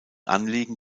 anliegen